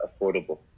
affordable